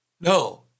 No